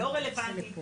לא רלוונטי,